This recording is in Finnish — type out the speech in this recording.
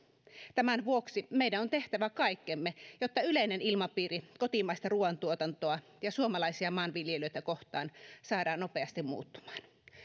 tämän vuoksi meidän on tehtävä kaikkemme jotta yleinen ilmapiiri kotimaista ruoantuotantoa ja suomalaisia maanviljelijöitä kohtaan saadaan nopeasti muuttumaan